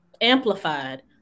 amplified